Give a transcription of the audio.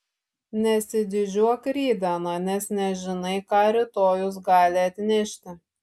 nesididžiuok rytdiena nes nežinai ką rytojus gali atnešti